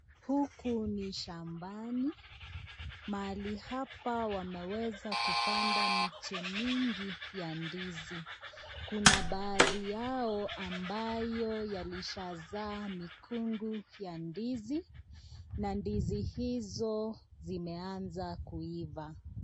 Huku ni shambani, mahali hapa wameweza kupanda miche mingi ya ndizi kuna baadhi yao ambayo yalishazaa mikungu ya ndizi na ndizi hizo zimeanza kuiva.